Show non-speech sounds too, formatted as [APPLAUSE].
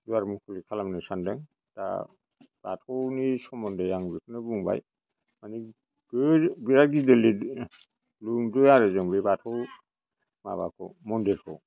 दुवार मुखुलि खालामनो सानदों दा बाथौनि सोमोन्दै आं बेखौनो बुंबाय माने [UNINTELLIGIBLE] बिराद गिदिर लुदों आरो जों बे बाथौ माबाखौ मन्दिरखौ